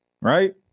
right